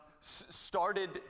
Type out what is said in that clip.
started